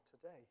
today